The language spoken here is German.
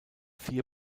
vier